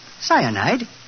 Cyanide